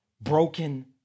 broken